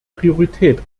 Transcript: priorität